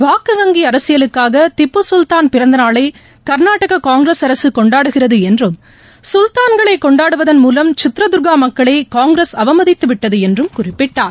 வாக்கு வங்கி அரசியலுக்காக திப்பு சுல்தாள் பிறந்தநாளை க்நாடக காங்கிரஸ அரசு கொண்டாடுகிறது என்றும் கல்தான்களை கொண்டாடுவதன் மூலம் சித்ரதுர்கா மக்களை காங்கிரஸ் அவமதித்து விட்டது எ்ன்றும் குறிப்பிட்டார்